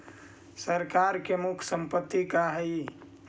सरकार के मुख्य संपत्ति का हइ?